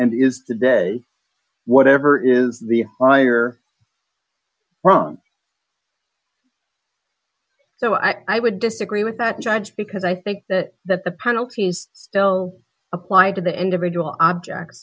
and is today whatever is the higher wrong so i i would disagree with that judge because i think that the penalties still apply to the individual objects